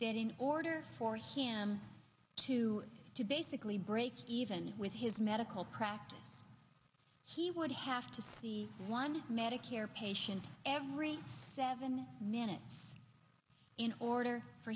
that in order for him to to basically break even with his medical practice he would have to see one medicare patients every seven minutes in order for